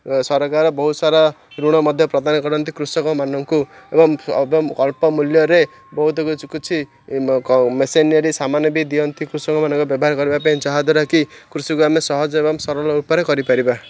ସରକାର ବହୁତ ସାରା ଋଣ ମଧ୍ୟ ପ୍ରଦାନ କରନ୍ତି କୃଷକମାନଙ୍କୁ ଏବଂ ଅଳ୍ପ ମୂଲ୍ୟରେ ବହୁତ କିଛି ମେସିନେରୀ ସାମାନେ ବି ଦିଅନ୍ତି କୃଷକମାନଙ୍କ ବ୍ୟବହାର କରିବା ପାଇଁ ଯାହାଦ୍ୱାରା କି କୃଷିକୁ ଆମେ ସହଜ ଏବଂ ସରଳ ଉପାୟରେ କରିପାରିବା